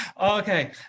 Okay